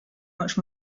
much